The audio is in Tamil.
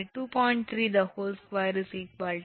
3 2 2